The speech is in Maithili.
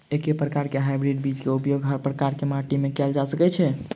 एके प्रकार केँ हाइब्रिड बीज केँ उपयोग हर प्रकार केँ माटि मे कैल जा सकय छै?